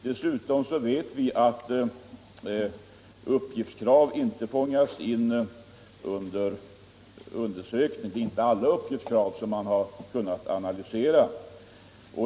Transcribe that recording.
Dessutom vet vi att alla uppgiftskrav inte fångas in vid undersökningar — alla uppgiftskrav går inte att analysera.